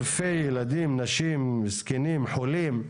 אלפי ילדים, נשים, זקנים, חולים,